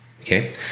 okay